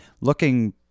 looking